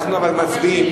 אנחנו אבל מציעים.